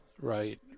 right